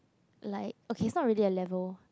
like okay not really a level